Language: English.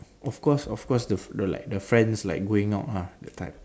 of course of course the like the friends like going out ah that type